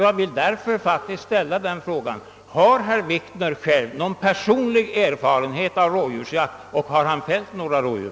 Jag vill därför ställa frågan: Har herr Wikner någon personlig erfarenhet av rådjursjakt, och har herr Wikner fällt några rådjur?